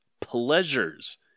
pleasures